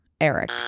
Eric